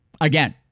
Again